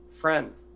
friends